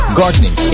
gardening